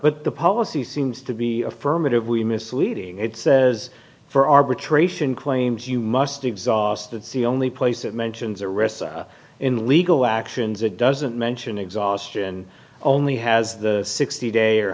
but the policy seems to be affirmatively misleading it says for arbitration claims you must be exhausted see only place that mentions arrests in legal actions it doesn't mention exhaustion only has the sixty day or